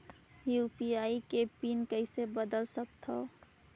UPI के PIN कइसे बदल सकथव?